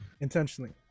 intentionally